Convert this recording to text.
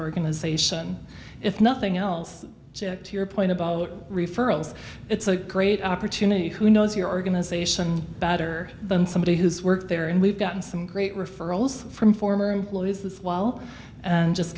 organization if nothing else to your point about what referrals it's a great opportunity who knows your organization better than somebody who's worked there and we've gotten some great referrals from former employees that while and just